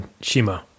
Shima